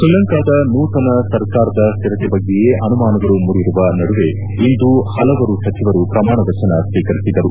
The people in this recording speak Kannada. ಶ್ರೀಲಂಕಾ ನೂತನ ಸರ್ಕಾರದ ಸ್ಲಿರತೆ ಬಗ್ಗೆಯೇ ಅನುಮಾನಗಳು ಮೂಡಿರುವ ನಡುವೆ ಇಂದು ಹಲವರು ಸಚಿವರು ಪ್ರಮಾಣ ವಜನ ಸ್ವೀಕರಿಸಿದರು